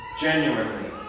genuinely